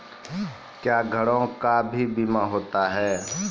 क्या घरों का भी बीमा होता हैं?